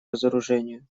разоружению